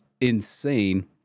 insane